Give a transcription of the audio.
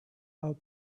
out